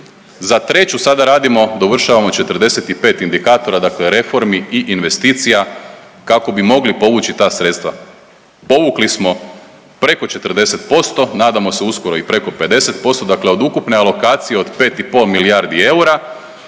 za treću sada radimo dovršavamo 45 indikatora dakle reformi i investicija kako bi mogli povući ta sredstva. Povukli smo preko 40%, nadamo se uskoro i preko 50%. Dakle, od ukupne alokacije od 5,5 milijardi eura